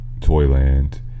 Toyland